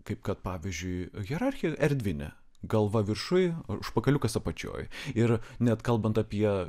kaip kad pavyzdžiui hierarchija erdvinė galva viršuj užpakaliukas apačioj ir net kalbant apie